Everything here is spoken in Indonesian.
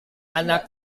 anak